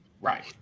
right